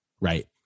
right